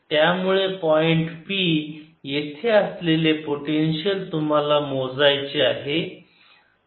त्यामुळे point p येथे असलेले पोटेन्शियल तुम्हाला मोजायचे आहे